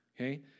okay